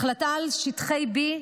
החלטה על שטחי B,